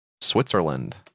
Switzerland